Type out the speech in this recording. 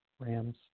Rams